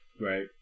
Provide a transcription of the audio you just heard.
Right